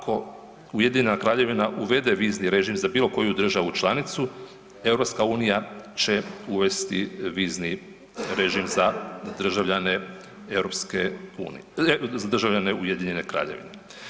Ako Ujedinjena Kraljevina uvede vizni režim za bilo koju državu članicu, EU će uvesti vizni režim za državljane EU, za državljane Ujedinjene Kraljevine.